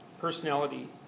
personality